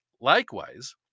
Likewise